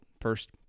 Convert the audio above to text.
first